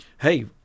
hey